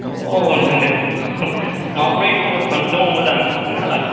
अ नोंथां दे माब्रै खबर दङ मोजाङानो नोंहालाय